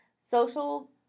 Social